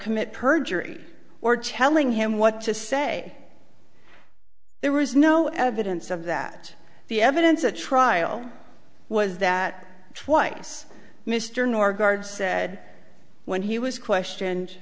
commit perjury or telling him what to say there was no evidence of that the evidence at trial was that twice mr norgaard said when he was question